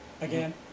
again